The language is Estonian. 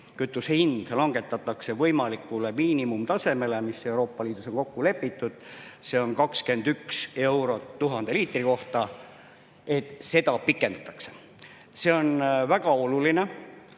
[aktsiisimäär] langetatakse võimalikule miinimumtasemele, mis Euroopa Liidus on kokku lepitud, see on 21 eurot 1000 liitri kohta, pikendatakse. See on väga oluline,